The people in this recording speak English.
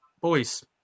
boys